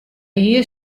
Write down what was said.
hie